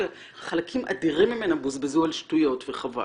שחלקים אדירים ממנה בוזבזו על שטויות וחבל.